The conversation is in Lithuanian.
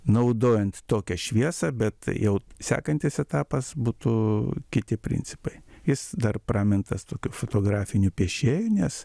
naudojant tokią šviesą bet jau sekantis etapas būtų kiti principai jis dar pramintas tokiu fotografiniu piešėju nes